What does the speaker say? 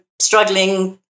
struggling